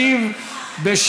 ישיב,